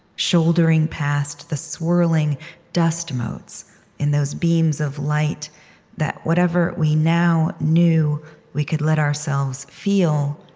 shouldering past the swirling dust motes in those beams of light that whatever we now knew we could let ourselves feel,